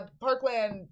parkland